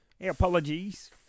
Apologies